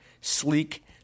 Sleek